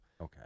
Okay